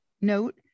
note